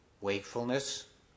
Wakefulness